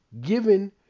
Given